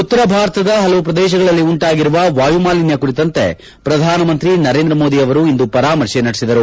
ಉತ್ತರ ಭಾರತದ ಹಲವು ಪ್ರದೇಶಗಳಲ್ಲಿ ಉಂಟಾಗಿರುವ ವಾಯುಮಾಲಿನ್ಯ ಕುರಿತಂತೆ ಪ್ರಧಾನಮಂತ್ರಿ ನರೇಂದ್ರ ಮೋದಿ ಅವರು ಇಂದು ಪರಾಮರ್ಶೆ ನಡೆಸಿದರು